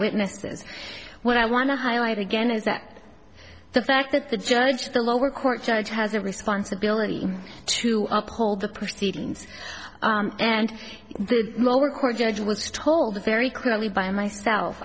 witnesses what i want to highlight again is that the fact that the judge the lower court judge has a responsibility to uphold the proceedings and the lower court judge was told that very clearly by myself